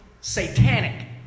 satanic